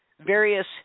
various